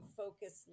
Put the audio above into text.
focus